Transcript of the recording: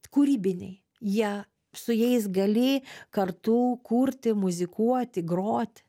kūrybiniai jie su jais gali kartu kurti muzikuoti groti